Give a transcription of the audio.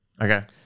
Okay